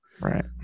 right